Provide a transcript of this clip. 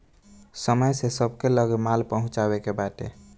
समय से सबके लगे माल पहुँचावे के बाटे